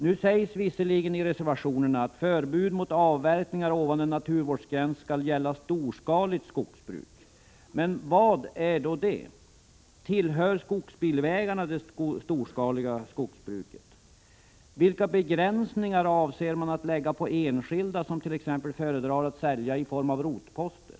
Det sägs visserligen i reservationerna att förbud mot avverkningar ovanför en naturvårdsgräns skall gälla storskaligt skogsbruk. Men vad är då det? Tillhör skogsbilvägarna det storskaliga skogsbruket? Vilka begränsningar avser man att lägga på enskilda, som t.ex. föredrar att sälja i form av rotposter?